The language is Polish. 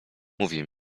mówimy